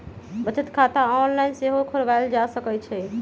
बचत खता ऑनलाइन सेहो खोलवायल जा सकइ छइ